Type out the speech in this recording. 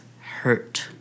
hurt